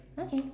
okay